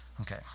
Okay